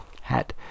hat